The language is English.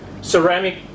ceramic